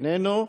איננו,